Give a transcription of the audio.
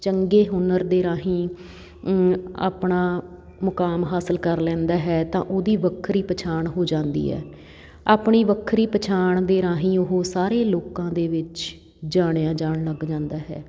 ਚੰਗੇ ਹੁਨਰ ਦੇ ਰਾਹੀਂ ਆਪਣਾ ਮੁਕਾਮ ਹਾਸਲ ਕਰ ਲੈਂਦਾ ਹੈ ਤਾਂ ਉਹਦੀ ਵੱਖਰੀ ਪਛਾਣ ਹੋ ਜਾਂਦੀ ਹੈ ਆਪਣੀ ਵੱਖਰੀ ਪਛਾਣ ਦੇ ਰਾਹੀਂ ਉਹ ਸਾਰੇ ਲੋਕਾਂ ਦੇ ਵਿੱਚ ਜਾਣਿਆ ਜਾਣ ਲੱਗ ਜਾਂਦਾ ਹੈ